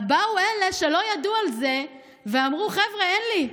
באו אלה שלא ידעו על זה, ואמרו: חבר'ה, אין לי,